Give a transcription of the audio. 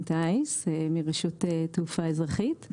טיס מרשות תעופה אזרחית מרשות תעופה אזרחית.